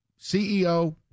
CEO